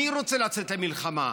מי רוצה לצאת למלחמה?